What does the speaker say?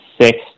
six